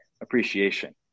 appreciation